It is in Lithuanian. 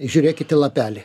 žiūrėkit į lapelį